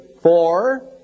four